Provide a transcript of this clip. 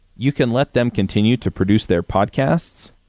you can let them continue to produce their podcasts.